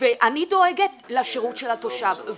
אני דואגת לשירות של התושב.